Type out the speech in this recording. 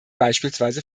beispielsweise